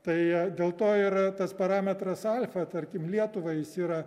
tai dėl to ir tas parametras alfa tarkim lietuvai jis yra